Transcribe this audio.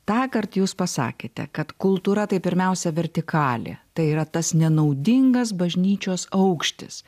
tąkart jūs pasakėte kad kultūra tai pirmiausia vertikalė tai yra tas nenaudingas bažnyčios aukštis